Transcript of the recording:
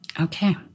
Okay